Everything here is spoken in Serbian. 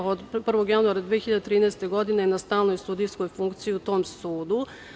Od 1. januara 2013. godine je na stalnoj sudijskog funkciji u tom sudu.